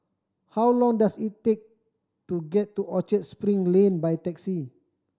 how long does it take to get to Orchard Spring Lane by taxi